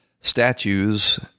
statues